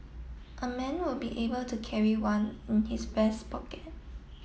a man will be able to carry one in his vest pocket